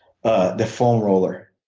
ah the foam roller.